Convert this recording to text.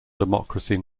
democracy